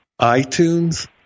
iTunes